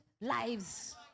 lives